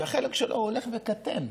שהחלק שלה הולך וקטן.